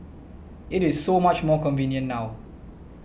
it is so much more convenient now